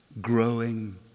growing